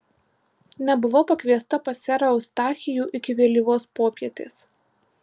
nebuvau pakviesta pas serą eustachijų iki vėlyvos popietės